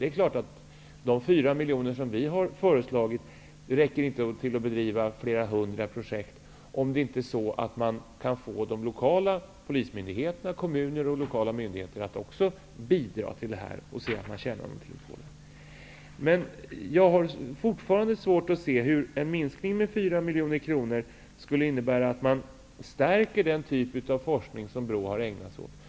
Det är klart att de 4 miljoner kronor som vi socialdemokrater har föreslagit inte räcker till att bedriva flera hundra projekt, om inte de lokala polismyndigheterna, kommunerna och andra myndigheter kan bidra. Jag har fortfarande svårt att se hur en minskning med 400 miljoner kronor skulle innebära att den typ av forskning som BRÅ har ägnat sig åt stärks.